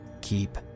Keep